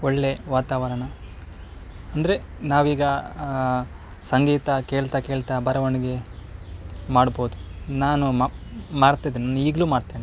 ಒಳ್ಳೆಯ ವಾತಾವರಣ ಅಂದರೆ ನಾವೀಗ ಸಂಗೀತ ಕೇಳ್ತಾ ಕೇಳ್ತಾ ಬರವಣಿಗೆ ಮಾಡ್ಬೋದು ನಾನು ಮ ಮಾಡ್ತಿದ್ದೀನಿ ಈಗಲೂ ಮಾಡ್ತೇನೆ